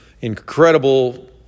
Incredible